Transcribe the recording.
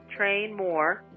trainmore